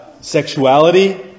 Sexuality